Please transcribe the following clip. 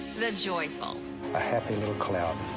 the joyful i have a middle clout